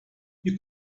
you